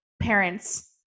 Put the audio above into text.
parents